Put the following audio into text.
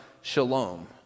shalom